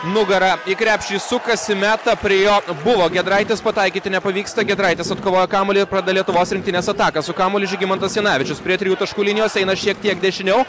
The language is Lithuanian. nugara į krepšį sukasi meta prie jo buvo giedraitis pataikyti nepavyksta giedraitis atkovojo kamuolį pradeda lietuvos rinktinės ataką su kamuoliu žygimantas janavičius prie trijų taškų linijos eina šiek tiek dešiniau